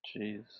Jeez